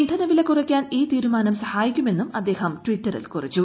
ഇന്ധനവില കുറയ്ക്കാൻ ഈ തീരുമാനം സഹായിക്കുമെന്നും അദ്ദേഹം ട്വിറ്ററിൽ കുറിച്ചു